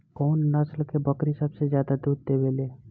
कउन नस्ल के बकरी सबसे ज्यादा दूध देवे लें?